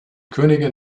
königin